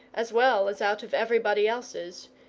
as well as out of everybody else's,